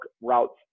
routes